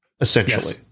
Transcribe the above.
Essentially